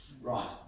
Right